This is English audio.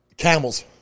Camels